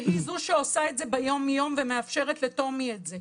שהיא זו שעושה את זה ביום יום ומאפשרת לטומי את זה.